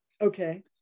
Okay